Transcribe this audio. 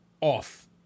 off